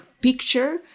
picture